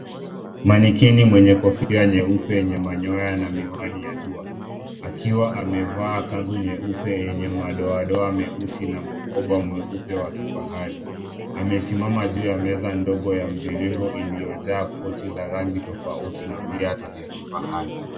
Manequinn mwenye kofia nyeupe yenye manyoya na miwani ya jua, akiwa amevaa kanzu nyeupe yenye madoadoa meusi na mkoba mweupe wa kifahari. Amesimama juu ya meza ndogo ya mviringo iliyojaa pochi za rangi tofauti na viatu vya kifahari.